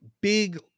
big